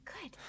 good